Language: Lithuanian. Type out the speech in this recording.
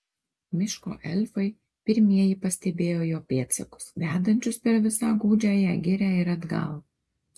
miško elfai pirmieji pastebėjo jo pėdsakus vedančius per visą gūdžiąją girią ir atgal